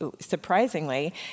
surprisingly